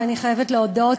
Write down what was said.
ואני חייבת להודות,